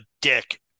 dick